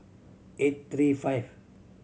eight three five